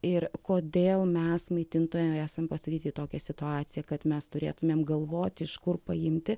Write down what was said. ir kodėl mes maitintojai esam pastatyti į tokią situaciją kad mes turėtumėm galvot iš kur paimti